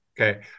okay